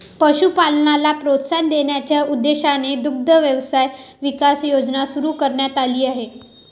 पशुपालनाला प्रोत्साहन देण्याच्या उद्देशाने दुग्ध व्यवसाय विकास योजना सुरू करण्यात आली आहे